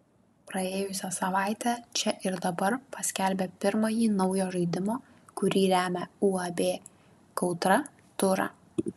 praėjusią savaitę čia ir dabar paskelbė pirmąjį naujo žaidimo kurį remia uab kautra turą